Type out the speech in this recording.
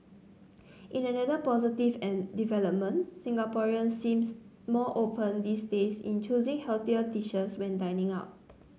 in another positive development Singaporeans seems more open these days in choosing healthier dishes when dining out